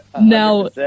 now